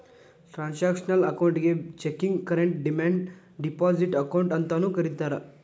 transactional ಅಕೌಂಟಿಗಿ checking current demand deposit account ಅಂತಾನೂ ಕರಿತಾರಾ